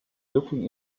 looking